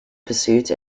pursuit